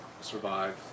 survive